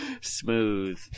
Smooth